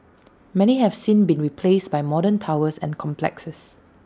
many have since been replaced by modern towers and complexes